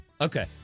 okay